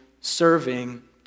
serving